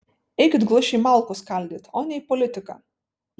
eikit glušiai malkų skaldyt o ne į politiką